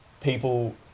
people